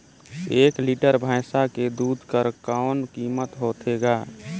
एक लीटर भैंसा के दूध कर कौन कीमत होथे ग?